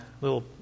little